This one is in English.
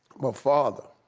my father.